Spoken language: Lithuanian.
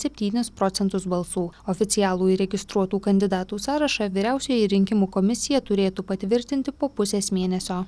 septynis procentus balsų oficialų įregistruotų kandidatų sąrašą vyriausioji rinkimų komisija turėtų patvirtinti po pusės mėnesio